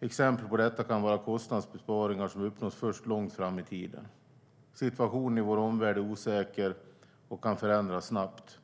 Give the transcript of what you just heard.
Exempel på detta kan vara kostnadsbesparingar som uppnås först långt fram i tiden. Situationen i vår omvärld är osäker och kan förändras snabbt.